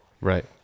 right